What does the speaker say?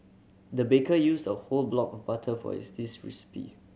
the baker used a whole block of butter for is this recipe